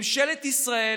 ממשלת ישראל